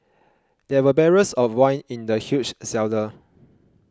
there were barrels of wine in the huge cellar